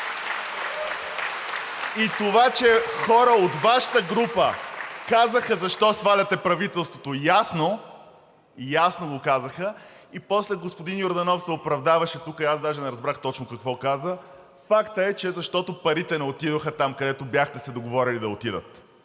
И това, че хора от Вашата група казаха защо сваляте правителството – ясно го казаха, и после господин Йорданов се оправдаваше тук, а аз даже не разбрах точно какво каза. Факт е, че парите не отидоха там, където бяхте се договорили да отидат.